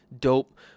dope